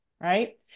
right